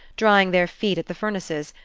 drying their feet at the furnaces,